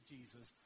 Jesus